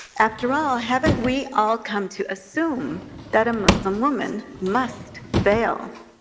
after all, haven't we all come to assume that a muslim woman must veil,